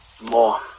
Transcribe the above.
more